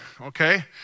okay